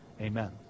Amen